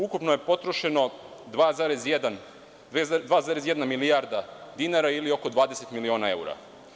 Ukupno je potrošeno 2,1 milijarda dinara ili oko 20.000.000 evra.